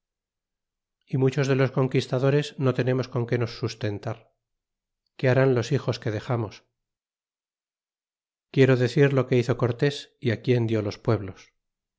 y muchos de los conquistadores no tenemos con que nos sustentar que harán los hijos que dexamos quiero decir lo que hizo cortés y quien dió los pueblos